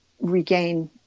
regain